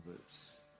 others